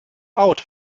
out